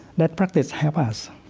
that practice help us